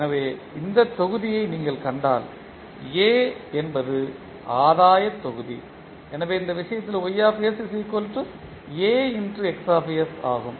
எனவே இந்த தொகுதியை நீங்கள் கண்டால் A என்பது ஆதாயத் தொகுதி எனவே இந்த விஷயத்தில் ஆகும்